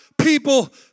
People